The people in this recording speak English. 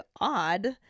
odd